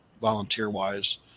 volunteer-wise